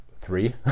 three